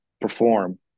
perform